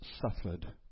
suffered